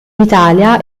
italia